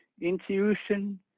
intuition